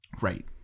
Right